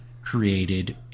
created